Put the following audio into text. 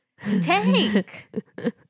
Tank